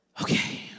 Okay